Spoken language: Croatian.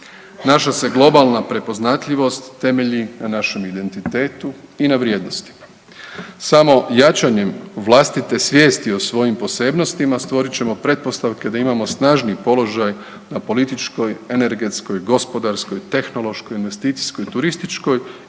Naša se globalna prepoznatljiva temelji na našem identitetu i na vrijednostima. Samo jačanjem vlastite svijesti o svojim posebnostima stvorit ćemo pretpostavke da imamo snažni položaj na političkoj, energetskoj, gospodarskoj, investicijskoj, turističkoj